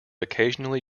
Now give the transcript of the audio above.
occasionally